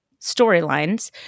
storylines